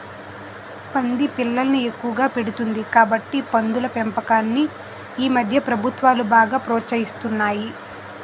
పంది పిల్లల్ని ఎక్కువగా పెడుతుంది కాబట్టి పందుల పెంపకాన్ని ఈమధ్య ప్రభుత్వాలు బాగా ప్రోత్సహిస్తున్నాయి